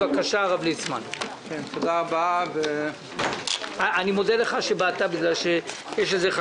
אני מקדם בברכה את סגן שר